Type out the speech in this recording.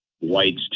whites